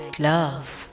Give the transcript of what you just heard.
love